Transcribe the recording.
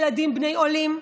ילדים בני עולים,